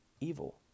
evil